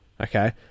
okay